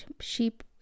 sheep